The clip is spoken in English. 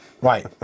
right